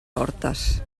hortes